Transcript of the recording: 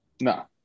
No